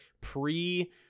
pre